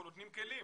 אנחנו נותנים כלים.